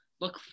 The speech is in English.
look